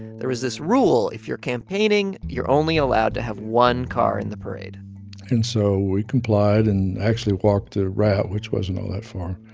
there was this rule if you're campaigning, you're only allowed to have one car in the parade and so we complied and actually walked the route, which wasn't all that far.